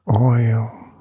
oil